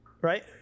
right